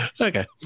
okay